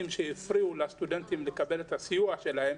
שהפריעו לסטודנטים לקבל את הסיוע שלהם.